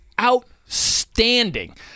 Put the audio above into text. outstanding